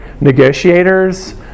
negotiators